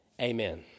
amen